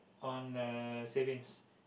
on uh savings